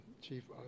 Chief